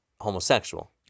homosexual